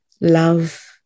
love